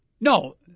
No